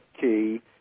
key